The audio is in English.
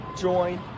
join